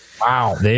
Wow